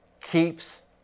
keeps